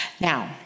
Now